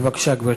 בבקשה, גברתי.